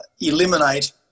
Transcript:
eliminate